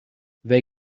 they